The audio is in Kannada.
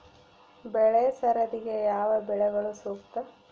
ಬೆಳೆ ಸರದಿಗೆ ಯಾವ ಬೆಳೆಗಳು ಸೂಕ್ತ?